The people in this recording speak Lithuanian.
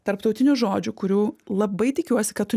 tarptautinių žodžių kurių labai tikiuosi kad tu